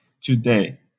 today